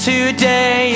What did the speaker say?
Today